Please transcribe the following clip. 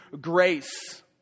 grace